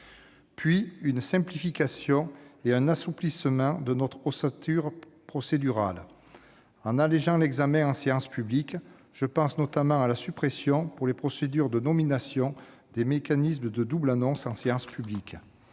ensuite à simplifier et à assouplir notre ossature procédurale, en allégeant l'examen en séance publique- je pense notamment à la suppression, pour les procédures de nomination, des mécanismes de « double annonce » en séance publique